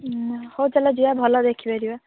ହଉ ତାହେଲେ ଯିବା ଭଲ ଦେଖିପାରିବା